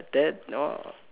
that know